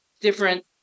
different